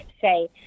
say